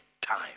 time